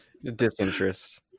disinterest